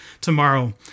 tomorrow